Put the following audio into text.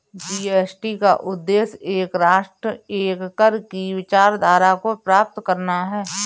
GST का उद्देश्य एक राष्ट्र, एक कर की विचारधारा को प्राप्त करना है